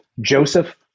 Joseph